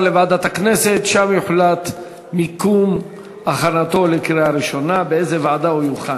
הצעת החוק עברה בקריאה טרומית ותועבר להכנתה לקריאה ראשונה לוועדת,